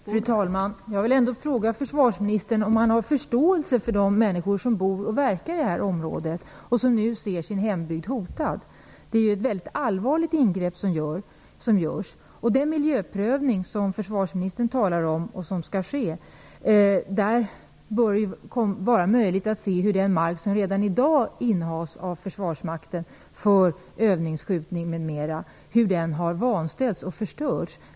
Fru talman! Jag vill ändå fråga försvarsministern om han har förståelse för de människor som bor och verkar i det här området och som nu ser sin hembygd hotad. Det ingrepp som görs är mycket allvarligt. Vid den miljöprövning som skall ske, som försvarsministern talar om, bör det vara möjligt att se hur den mark som redan i dag innehas av försvarsmakten för övningsskjutning m.m. har vanställts och förstörts.